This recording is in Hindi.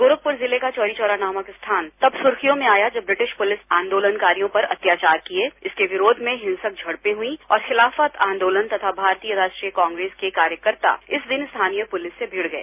गौरखपुर जिले का चौरी चौरा नामक नाम तब सुर्खियों में आया जब ब्रिटिश पुलिस आंदोलन कारियों पर अत्याचार किए के विरोध में हिंसक झडपें हई और खिलाफत आंदोलन तथा भारतीय राष्ट्रीय कांग्रेस के कार्यकर्ता इस दिन स्थानीय पुलिस से मिड़ गए